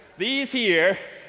these here,